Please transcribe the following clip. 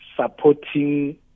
supporting